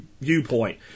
viewpoint